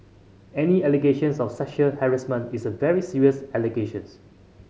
any allegations of sexual harassment is a very serious allegations